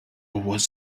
was